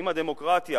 אם הדמוקרטיה